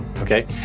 Okay